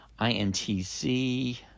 INTC